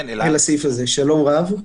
שלום רב.